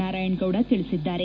ನಾರಾಯಣಗೌಡ ತಿಳಿಸಿದ್ದಾರೆ